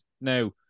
Now